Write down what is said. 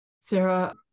Sarah